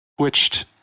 switched